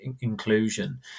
inclusion